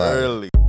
early